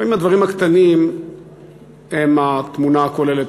לפעמים הדברים הקטנים הם התמונה הכוללת,